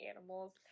animals